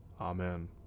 Amen